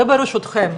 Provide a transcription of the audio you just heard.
ברשותכם,